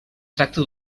tracta